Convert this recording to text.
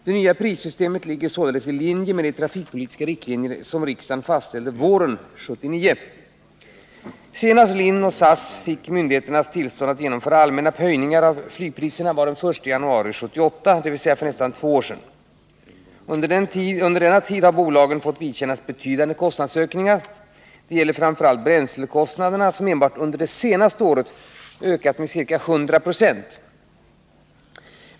Det nya prissystemet ligger således i linje med de trafikpolitiska riktlinjer som riksdagen fastställde våren 1979. Senast LIN och SAS fick myndigheternas tillstånd att genomföra allmänna höjningar av flygpriserna var den 1 januari 1978, dvs. för nästan två år sedan. Under denna tid har bolagen fått vidkännas betydande kostnadsökningar. Det gäller framför allt bränslekostnaderna, som enbart under det senaste året ökat med ca 100 96.